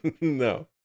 No